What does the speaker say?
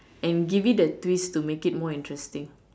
and give it a twist to make it more interesting